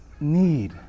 need